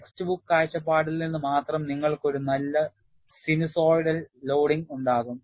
text book കാഴ്ചപ്പാടിൽ നിന്ന് മാത്രം നിങ്ങൾക്ക് ഒരു നല്ല സിനുസോയ്ഡൽ ലോഡിംഗ് ഉണ്ടാകും